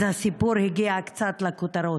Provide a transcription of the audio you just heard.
אז הסיפור הגיע קצת לכותרות.